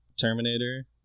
Terminator